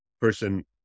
person